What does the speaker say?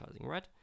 right